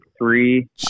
three